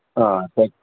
हा